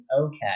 okay